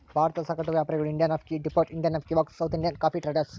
ಭಾರತದ ಸಗಟು ವ್ಯಾಪಾರಿಗಳು Indian coffee depot, Indian coffee works, South Indian coffee traders